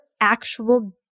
actual